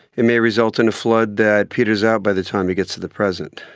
it may result in a flood that peters out by the time it gets to the present.